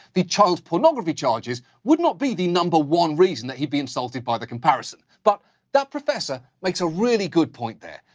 the child pornography charges would not be the number one reason that he'd be insulted by the comparison. but that ah makes a really good point there.